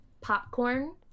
popcorn